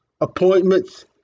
appointments